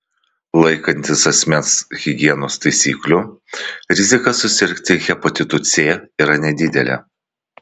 laikantis asmens higienos taisyklių rizika susirgti hepatitu c yra nedidelė